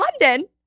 London